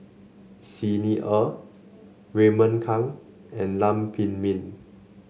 Xi Ni Er Raymond Kang and Lam Pin Min